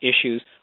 issues